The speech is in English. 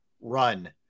run